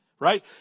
Right